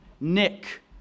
Nick